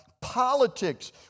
politics